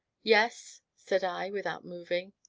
yes? said i, without moving.